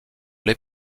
les